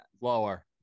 lower